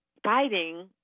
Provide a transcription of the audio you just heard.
fighting